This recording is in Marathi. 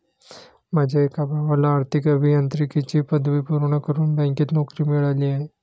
माझ्या एका भावाला आर्थिक अभियांत्रिकीची पदवी पूर्ण करून बँकेत नोकरी मिळाली आहे